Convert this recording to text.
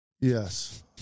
Yes